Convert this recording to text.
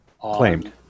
claimed